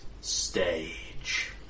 stage